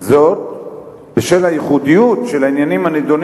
זאת בשל הייחודיות של העניינים הנדונים